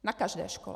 Na každé škole!